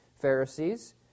Pharisees